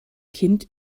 kind